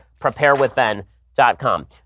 preparewithben.com